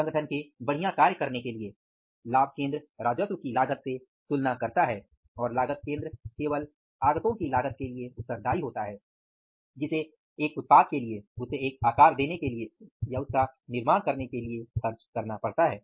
संगठन के बढ़िया कार्य करने के लिए लाभ केंद्र राजस्व की लागत से तुलना करता है और लागत केंद्र केवल आगतो की लागत के लिए उत्तरदायी होता है जिसे एक उत्पाद के लिए उसे एक आकार देने के लिए या उसका निर्माण करने के लिए खर्च करना पड़ता है